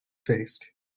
faced